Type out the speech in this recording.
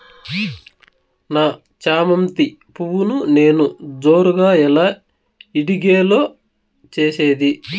నా చామంతి పువ్వును నేను జోరుగా ఎలా ఇడిగే లో చేసేది?